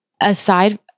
aside